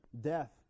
death